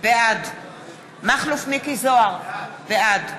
בעד מכלוף מיקי זוהר, בעד